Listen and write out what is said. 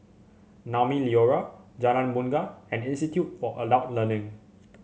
Naumi Liora Jalan Bungar and Institute for Adult Learning